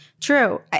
True